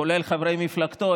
כולל חברי מפלגתו,